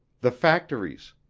the factories.